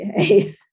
Okay